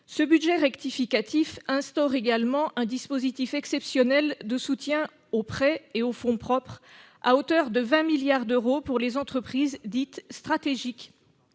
Ce budget rectificatif instaure également un dispositif exceptionnel de soutien aux prêts et aux fonds propres, à hauteur de 20 milliards d'euros, pour les entreprises dites « stratégiques